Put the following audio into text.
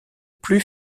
plus